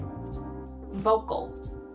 vocal